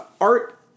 art